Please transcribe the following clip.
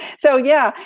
so, yeah.